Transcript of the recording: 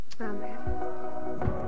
Amen